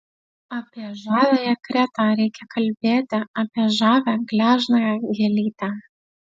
apie žaviąją kretą reikia kalbėti apie žavią gležnąją gėlytę